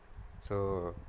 so